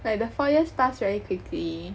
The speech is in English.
like the four years pass very quickly